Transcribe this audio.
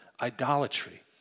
idolatry